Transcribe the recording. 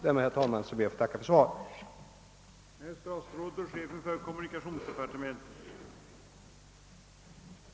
Med det anförda ber jag återigen att få tacka för svaret på min interpellation.